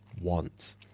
want